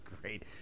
great